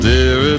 Dear